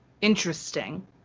interesting